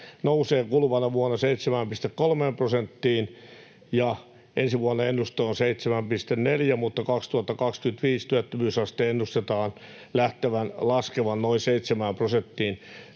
nousee kuluvana vuonna 7,3 prosenttiin, ja ensi vuoden ennuste on 7,4, mutta 2025 työttömyysasteen ennustetaan laskevan noin 7 prosenttiin.